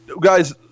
guys